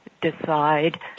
decide